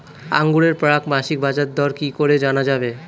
আঙ্গুরের প্রাক মাসিক বাজারদর কি করে জানা যাবে?